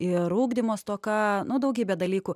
ir ugdymo stoka nu daugybė dalykų